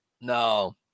No